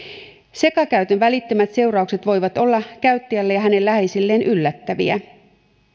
sekakäytön välittömät seuraukset voivat olla käyttäjälle ja hänen läheisilleen yllättäviä